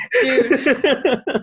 Dude